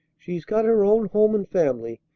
she's got her own home and family,